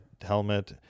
helmet